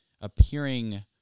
appearing